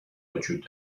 وجود